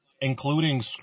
including